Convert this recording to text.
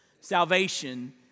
Salvation